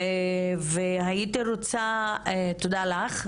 תודה לך.